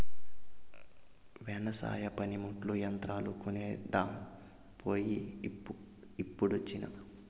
వెవసాయ పనిముట్లు, యంత్రాలు కొనేదాన్ పోయి ఇప్పుడొచ్చినా